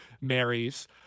marries